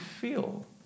feel